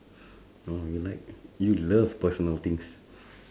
oh you like you love personal things